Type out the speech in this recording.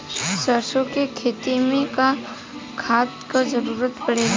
सरसो के खेती में का खाद क जरूरत पड़ेला?